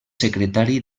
secretari